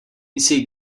see